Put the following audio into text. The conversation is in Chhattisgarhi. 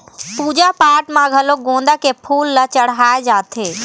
पूजा पाठ म घलोक गोंदा के फूल ल चड़हाय जाथे